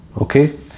Okay